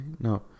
No